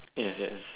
yes yes